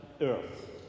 earth